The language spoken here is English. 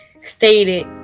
stated